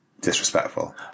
disrespectful